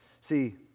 See